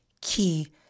key